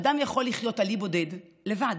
אדם יכול לחיות על אי בודד, לבד,